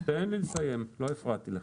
שנייה, תן לי לסיים, לא הפרעתי לך.